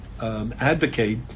advocate